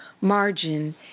margin